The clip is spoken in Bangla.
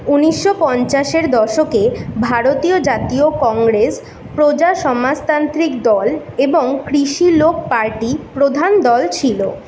উনিশশো পঞ্চাশের দশকে ভারতীয় জাতীয় কংগ্রেস প্রজা সমাজতান্ত্রিক দল এবং কৃষি লোক পার্টি প্রধান দল ছিল